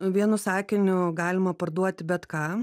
vienu sakiniu galima parduoti bet ką